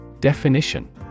Definition